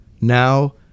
Now